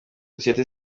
sosiyete